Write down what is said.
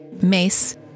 Mace